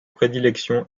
prédilection